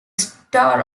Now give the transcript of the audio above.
star